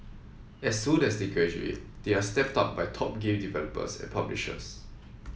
as soon as they graduate they are snapped up by top game developers and publishers